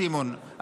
סימון,